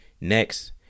Next